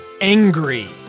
angry